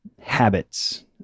habits